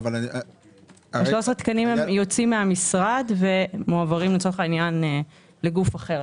ה-13 תקנים יוצאים מהמשרד ומועברים לגוף אחר,